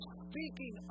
speaking